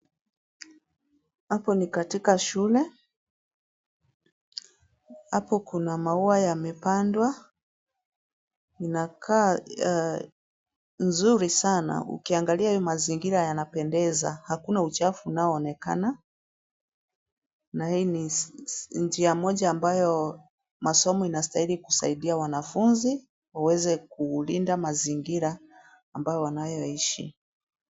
Hapo ni katika shule. Hapo kuna maua yamepandwa, inakaa nzuri sana. Ukiangalia hio mazingira, yanapendeza hakuna uchafu unaoonekana, na hii ni njia moja ambayo masomo inastahili kusaidia wanafunzi, waweze kulinda mazingira ambayo wanayoishi.